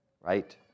right